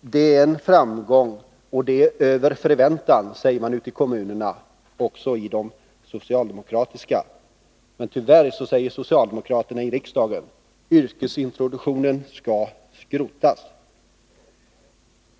Det är en framgång, och det är över förväntan, säger man ute i kommunerna — också i de socialdemokratiska. Men tyvärr säger socialdemokraterna i riksdagen: Yrkesintroduktionen skall skrotas.